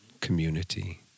community